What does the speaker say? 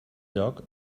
lloc